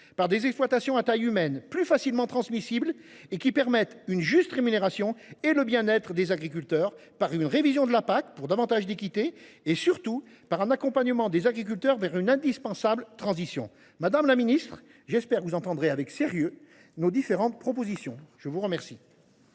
par des exploitations à taille plus humaine, plus facilement transmissibles, permettant une juste rémunération et favorisant le bien être des agriculteurs, par une révision de la PAC dans le sens de davantage d’équité, et surtout par un accompagnement des agriculteurs vers une indispensable transition. Madame la ministre, j’espère que vous entendrez avec sérieux nos différentes propositions. La parole